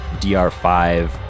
DR5